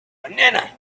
banana